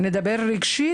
ומה עם תמיכה רגשית?